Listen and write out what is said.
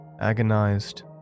Agonized